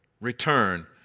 Return